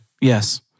Yes